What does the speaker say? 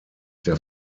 der